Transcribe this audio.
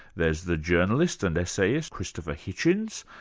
there's the journalist and essayist, christopher hitchins,